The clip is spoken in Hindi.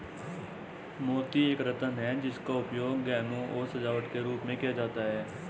मोती एक रत्न है जिसका उपयोग गहनों और सजावट के रूप में किया जाता था